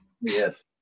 yes